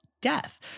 death